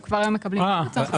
שוב,